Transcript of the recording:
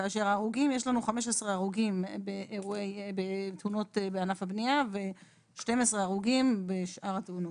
כאשר יש לנו 15 הרוגים בתאונות בענף הבנייה ו-12 הרוגים בשאר התאונות.